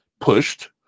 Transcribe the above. pushed